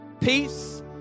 Peace